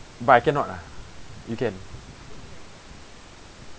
but I cannot lah you can